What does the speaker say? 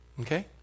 Okay